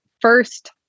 first